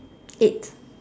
eight